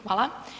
Hvala.